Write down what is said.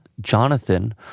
Jonathan